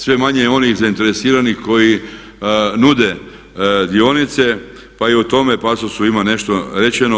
Sve manje je onih zainteresiranih koji nude dionice pa i u tome pasusu ima nešto rečeno.